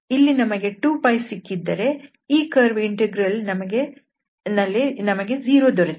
ಇಲ್ಲಿ ನಮಗೆ 2π ಸಿಕ್ಕಿದ್ದರೆ ಈ ಕರ್ವ್ ಇಂಟೆಗ್ರಲ್ ನಮಗೆ 0 ದೊರೆತಿದೆ